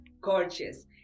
gorgeous